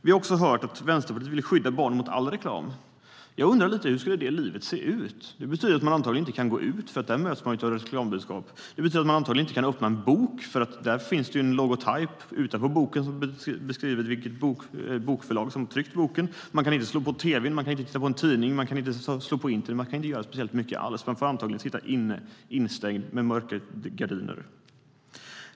Vi har också hört att Vänsterpartiet vill skydda barn mot all reklam. Jag undrar: Hur skulle det livet se ut? Det betyder att man antagligen inte kan gå ut, för där möts man av reklambudskap. Det betyder att man antagligen inte kan öppna en bok, för det finns en logotyp på boken som beskriver vilket bokförlag som tryckt boken. Man kan inte slå på tv:n. Man kan inte titta i en tidning. Man kan inte vara ute på internet. Man kan inte göra speciellt mycket alls. Man får antagligen sitta instängd med mörka gardiner.